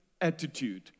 attitude